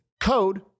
code